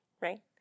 right